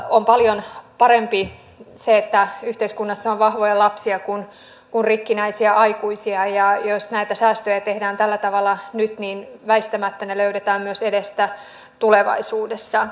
on paljon parempi se että yhteiskunnassa on vahvoja lapsia kuin rikkinäisiä aikuisia ja jos näitä säästöjä tehdään tällä tavalla nyt niin väistämättä ne löydetään myös edestä tulevaisuudessa